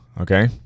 Okay